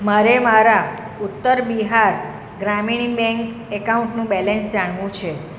મારે મારા ઉત્તર બિહાર ગ્રામીણી બેંક એકાઉન્ટનું બેલેન્સ જાણવું છે